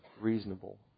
reasonable